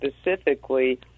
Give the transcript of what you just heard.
specifically